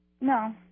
No